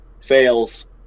fails